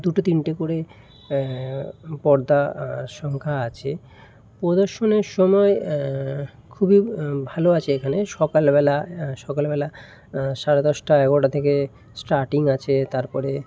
দুটো তিনটে করে পর্দার সংখ্যা আছে প্রদর্শনের সময় খুবই ভালো আছে এখানে সকালবেলা সকালবেলা সাড়ে দশটা এগারোটা থেকে স্টার্টিং আছে তার পরে